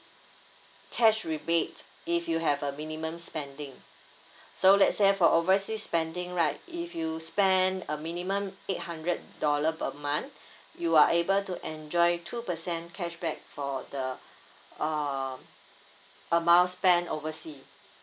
cash rebate if you have a minimum spending so let's say for overseas spending right if you spend a minimum eight hundred dollar per month you are able to enjoy two percent cashback for the um amount spent oversea